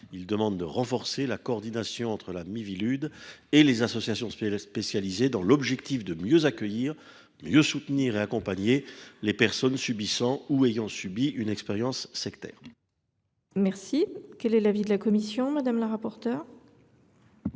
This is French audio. demandons de renforcer la coordination entre la Miviludes et les associations spécialisées, afin de mieux accueillir, soutenir et accompagner les personnes subissant ou ayant subi une expérience sectaire. Quel est l’avis de la commission ? Cet amendement